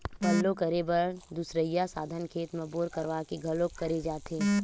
पल्लो करे बर दुसरइया साधन खेत म बोर करवा के घलोक करे जाथे